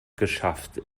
geschafft